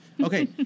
Okay